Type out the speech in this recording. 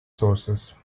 sources